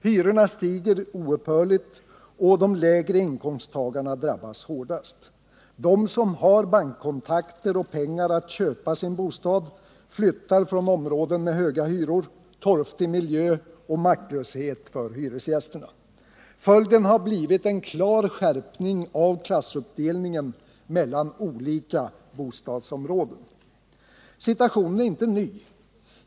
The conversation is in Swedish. Hyrorna stiger oupphörligt, och de lägre inkomsttagarna drabbas hårdast. De som har bankkontakter och pengar att köpa sin bostad flyttar från områden med höga hyror, torftig miljö och maktlöshet för hyresgästerna. Följden har blivit en klar skärpning av klassuppdelningen mellan olika bostadsområden. Situationen är inte ny.